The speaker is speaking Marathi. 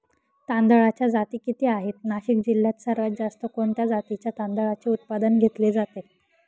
तांदळाच्या जाती किती आहेत, नाशिक जिल्ह्यात सर्वात जास्त कोणत्या जातीच्या तांदळाचे उत्पादन घेतले जाते?